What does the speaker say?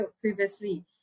previously